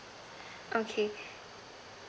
okay